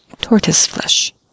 tortoise-flesh